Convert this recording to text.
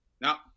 Now